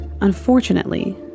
Unfortunately